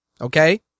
Okay